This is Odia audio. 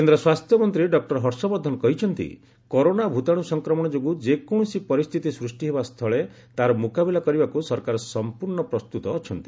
କେନ୍ଦ୍ର ସ୍ୱାସ୍ଥ୍ୟ ମନ୍ତ୍ରୀ ଡକ୍ଟର ହର୍ଷବର୍ଦ୍ଧନ କହିଛନ୍ତି କରୋନା ଭୂତାଣୁ ସଂକ୍ରମଣ ଯୋଗୁଁ ଯେକୌଣସି ପରିସ୍ଥିତି ସୃଷ୍ଟି ହେବା ସ୍ଥଳେ ତାହାର ମୁକାବିଲା କରିବାକୁ ସରକାର ସମ୍ପର୍ଣ୍ଣ ପ୍ରସ୍ତୁତ ଅଛନ୍ତି